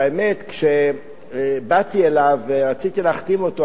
שהאמת שכשבאתי אליו ורציתי להחתים אותו,